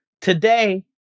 Today